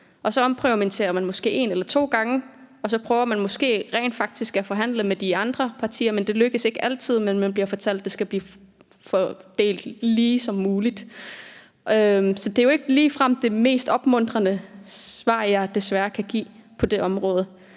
Så omprioriterer man måske en eller to gange, og så prøver man måske rent faktisk at forhandle med de andre partier, men det lykkes ikke altid, men man bliver fortalt, at det vil blive fordelt så ligeligt som muligt. Så desværre er det er måske ikke ligefrem det mest opmuntrende svar, jeg kan give på det område.